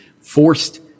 forced